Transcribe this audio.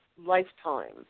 lifetime